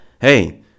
hey